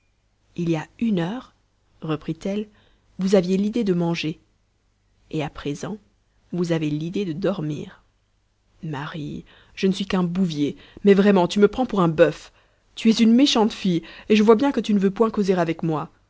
il y a une heure reprit-elle vous aviez l'idée de manger et à présent vous avez l'idée de dormir marie je ne suis qu'un bouvier mais vraiment tu me prends pour un buf tu es une méchante fille et je vois bien que tu ne veux point causer avec moi